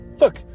Look